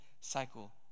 cycle